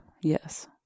yes